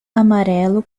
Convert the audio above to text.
amarelo